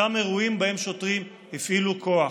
אותם אירועים שבהם שוטרים הפעילו כוח.